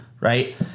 Right